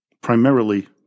primarily